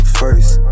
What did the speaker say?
first